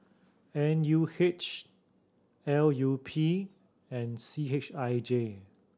N U H L U P and C H I J